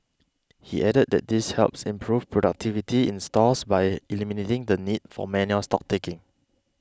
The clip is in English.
he added that this helps improve productivity in stores by eliminating the need for manual stock taking